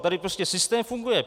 Tady prostě systém funguje.